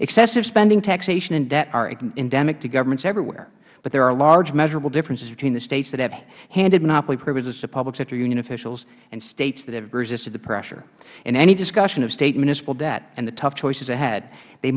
excessive spending taxation and debt are endemic to governments everywhere but there are large measurable differences between the states that have handed monopoly privileges to public safety union officials and states that have resisted the pressure in any discussion of state municipal debt and the tough choices ahead they